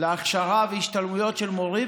להכשרה והשתלמויות של מורים,